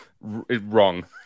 Wrong